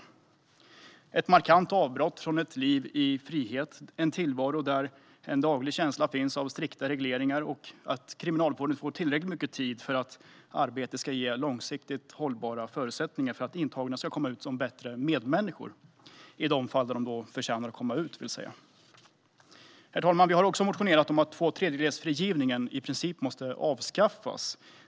Det ska vara ett markant avbrott från ett liv i frihet till en tillvaro där en daglig känsla finns av strikta regleringar och där Kriminalvården får tillräckligt med tid för att arbetet ska ge långsiktigt hållbara förutsättningar för intagna att komma ut som bättre medmänniskor - i de fall de förtjänar att komma ut, vill säga. Herr talman! Vi har också motionerat om att tvåtredjedelsfrigivningen i princip måste avskaffas.